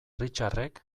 richardek